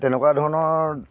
তেনেকুৱা ধৰণৰ